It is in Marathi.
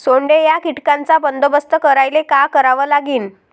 सोंडे या कीटकांचा बंदोबस्त करायले का करावं लागीन?